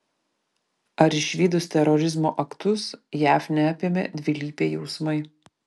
ar išvydus terorizmo aktus jav neapėmė dvilypiai jausmai